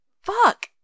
fuck